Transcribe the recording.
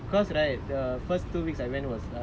and then I was like shocked why is it not crowded at all